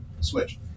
Switch